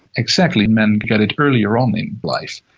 exactly. men get it earlier on in life.